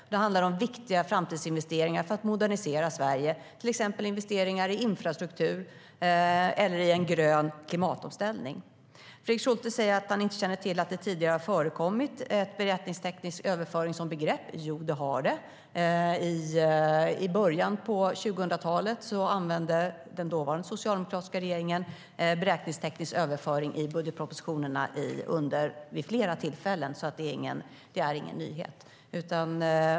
Och det handlar om viktiga framtidsinvesteringar för att modernisera Sverige, till exempel investeringar i infrastruktur eller grön klimatomställning. Fredrik Schulte säger att han inte känner till att beräkningsteknisk överföring har förekommit som begrepp tidigare. Det har det. I början av 2000-talet använde den dåvarande socialdemokratiska regeringen beräkningsteknisk överföring i budgetpropositionerna vid flera tillfällen. Det är alltså ingen nyhet.